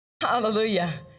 Hallelujah